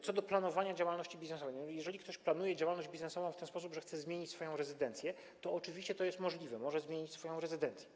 Co do planowania działalności biznesowej, to jeżeli ktoś planuje działalność biznesową w ten sposób, że chce zmienić swoją rezydencję, to oczywiście to jest możliwe, może zmienić swoją rezydencję.